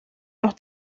los